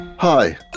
Hi